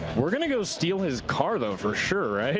we're going to go steal his car though, for sure, right?